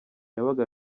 yabaga